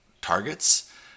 targets